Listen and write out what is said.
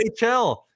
NHL